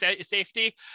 safety